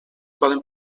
poden